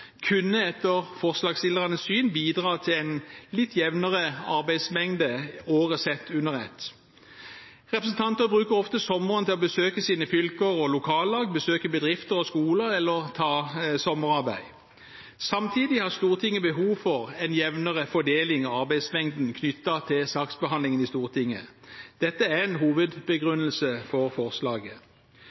kunne etter forslagsstillernes syn bidra til en jevnere arbeidsmengde i året sett under ett. Representanter bruker ofte sommeren til å besøke sine fylker og lokallag, besøke bedrifter og skoler eller ta sommerarbeid. Samtidig har Stortinget behov for en jevnere fordeling av arbeidsmengden knyttet til saksbehandlingen i Stortinget. Dette er en hovedbegrunnelse for forslaget.